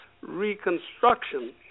Reconstruction